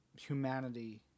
humanity